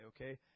okay